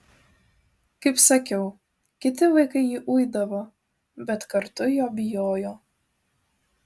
kaip sakiau kiti vaikai jį uidavo bet kartu jo bijojo